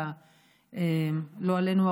ולא עלינו,